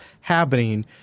happening